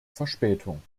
verspätung